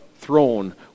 throne